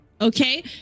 Okay